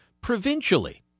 provincially